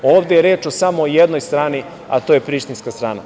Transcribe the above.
Ovde je reč o samo jednoj strani, a to je Prištinska strana.